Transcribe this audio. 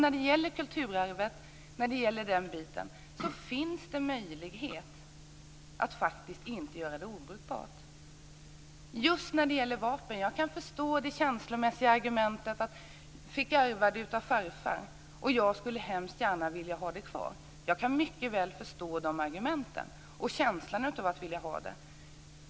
När det gäller kulturarvet finns det möjlighet att göra vapnen obrukbara. Jag kan förstå det känslomässiga argumentet: Jag fick ärva det av farfar och jag skulle hemskt gärna vilja ha det kvar! Jag kan mycket väl förstå dessa argument och känslan av att vilja ha vapnen.